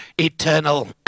eternal